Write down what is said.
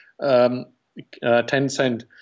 Tencent